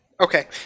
Okay